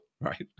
right